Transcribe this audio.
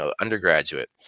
undergraduate